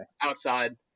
outside